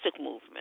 movement